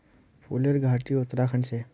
फूलेर घाटी उत्तराखंडत छे